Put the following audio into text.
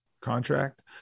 contract